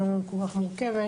לא כל כך מורכבת